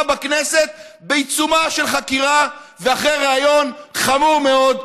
בכנסת בעיצומה של חקירה ואחרי ריאיון חמור מאוד,